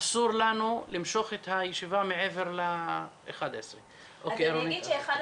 אסור לנו למשוך את הישיבה מעבר לשעה 11:00. אז אני אגיד שאחד